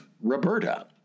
Roberta